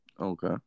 Okay